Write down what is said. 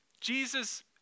Jesus